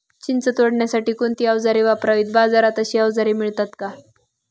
चिंच तोडण्यासाठी कोणती औजारे वापरावीत? बाजारात अशी औजारे मिळतात का?